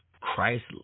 Christ